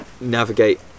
navigate